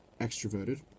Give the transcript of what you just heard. extroverted